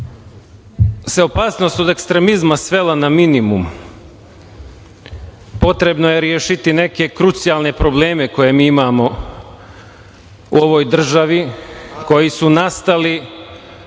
se opasnost od ekstremizma svela na minimum potrebno je rešiti neke krucijalne probleme koje mi imamo u ovoj državi, koji su nastali